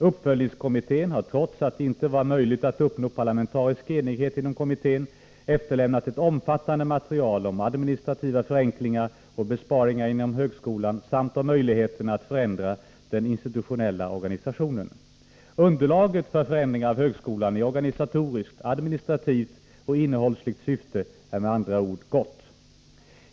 Uppföljningskommittén har, trots att det inte var möjligt att uppnå parlamentarisk enighet inom kommittén, efterlämnat ett omfattande material om administrativa förenklingar och besparingar inom högskolan samt om möjligheterna att förändra den institutionella organisationen. Underlaget för förändringar av högskolan i organisatoriskt, administrativt och innehållsligt syfte är med andra ord gott.